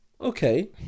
okay